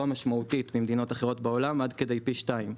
משמעותית ממדינות אחרות בעולם עד כדי פי שניים.